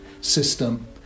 system